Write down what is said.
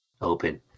Open